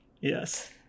yes